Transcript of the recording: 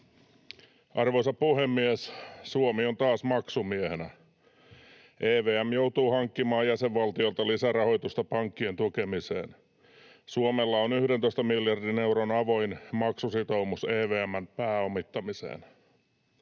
Arvoisa puhemies! Suomi on taas maksumiehenä. EVM joutuu hankkimaan jäsenvaltioilta lisärahoitusta pankkien tukemiseen. Suomella on 11 miljardin euron avoin maksusitoumus EVM:n pääomittamiseen.